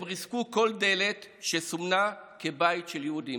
הם ריסקו כל דלת שסומנה כבית של יהודים,